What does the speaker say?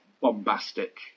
bombastic